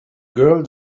girl